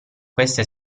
questa